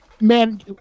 Man